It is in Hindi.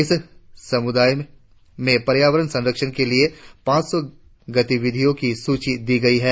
इस समुदाय में पर्यावरण संरक्षण के लिए पांच सौ गतिविधियों की सूची दी गई है